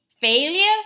failure